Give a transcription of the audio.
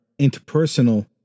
interpersonal